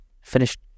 Finished